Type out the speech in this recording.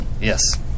Yes